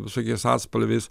visokiais atspalviais